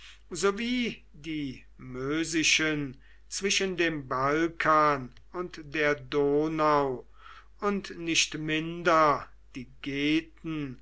die mösischen zwischen dem balkan und der donau und nicht minder die